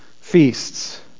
feasts